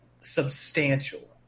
substantial